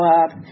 up